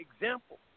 example